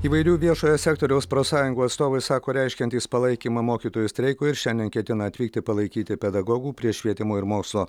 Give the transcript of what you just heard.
įvairių viešojo sektoriaus profsąjungų atstovai sako reiškiantys palaikymą mokytojų streikui ir šiandien ketina atvykti palaikyti pedagogų prie švietimo ir mokslo